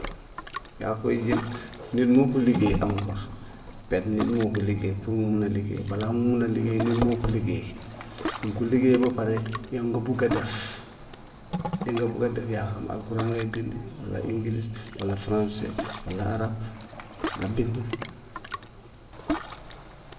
yaa koy jël mais moo ko liggéey encore, benn nit moo ko liggéey pour mu mun a liggéey, balaa mu mun a liggéey mais moo ko liggéey mu ngi ko liggéey ba pare yow nga bugg a def, li nga bugg a def yaa xam alxuraan lay bind, walla english, walla français, walla arabe nga bind.